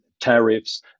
tariffs